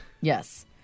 Yes